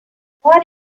what